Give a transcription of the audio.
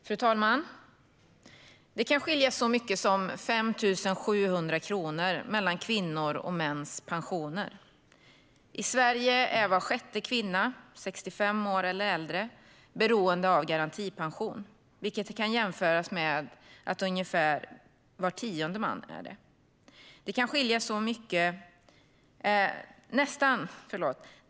Fru talman! Det kan skilja så mycket som 5 700 kronor mellan kvinnors och mäns pensioner. I Sverige är var sjätte kvinna, 65 år eller äldre, beroende av garantipension, vilket kan jämföras med ungefär var tionde man.